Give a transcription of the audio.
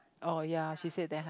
oh ya she said that